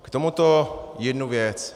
K tomuto jednu věc.